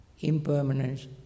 impermanence